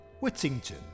Whittington